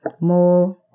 more